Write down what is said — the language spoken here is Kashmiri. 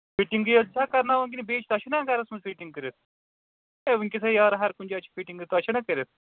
فِٹِنگٕے یٲژ چھا کَرٕناو کِنہٕ بیٚیہِ چھِ توہہِ چھُو نا گَرَس منٛز فِٹِنٛگ کٔرِتھ ہے ؤنکیٚس ۂے یارٕ ہر کُنہِ جایہِ چھِ فِٹِنٛگ تۄہہِ چھٕو نا کٔرِتھ